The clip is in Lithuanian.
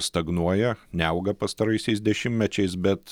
stagnuoja neauga pastaraisiais dešimmečiais bet